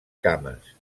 cames